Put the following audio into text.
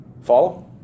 Follow